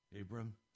Abram